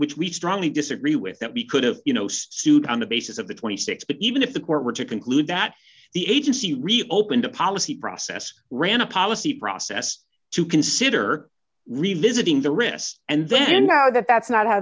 which we strongly disagree with that we could have you know stewed on the basis of the twenty six but even if that were to conclude that the agency reopened a policy process ran a policy process to consider revisiting the wrist and then now that that's not how